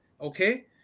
okay